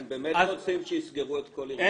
אתם באמת רוצים שיסגרו את כל ארגוני הנוער?